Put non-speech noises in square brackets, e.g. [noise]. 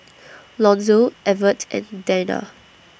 [noise] Lonzo Evert and Danna